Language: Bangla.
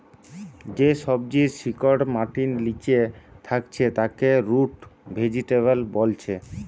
যে সবজির শিকড় মাটির লিচে থাকছে তাকে রুট ভেজিটেবল বোলছে